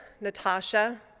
Natasha